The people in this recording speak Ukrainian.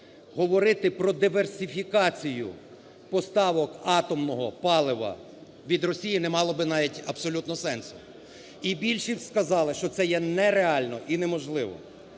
говорити про диверсифікацію поставок атомного палива від Росії не мало би навіть абсолютно сенсу, і більшість б сказали, що це є нереально і неможливо.